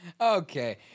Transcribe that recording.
Okay